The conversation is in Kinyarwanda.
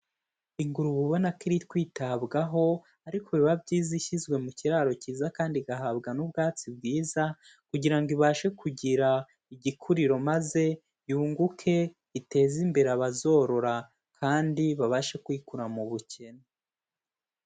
Ingurube ubona ko iri kwitabwaho ariko biba byiza ishyizwe mu kiraro cyiza kandi igahabwa n'ubwatsi bwiza kugira ngo ibashe kugira igikuriro maze yunguke iteze imbere abazorora kandi babashe kwikura mu bukene.